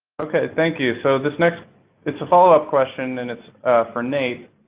okay, thank you. so, this next it's a follow-up question and it's for nate.